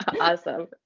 Awesome